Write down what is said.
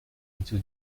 into